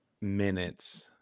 minutes